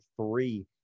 three